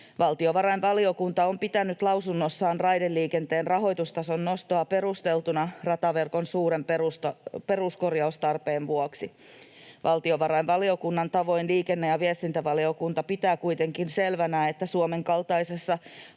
Valtiovarainvaliokunta on pitänyt lausunnossaan raideliikenteen rahoitustason nostoa perusteltuna rataverkon suuren peruskorjaustarpeen vuoksi. Valtiovarainvaliokunnan tavoin liikenne- ja viestintävaliokunta pitää kuitenkin selvänä, että Suomen kaltaisessa harvaan asutussa